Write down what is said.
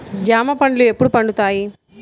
జామ పండ్లు ఎప్పుడు పండుతాయి?